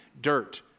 dirt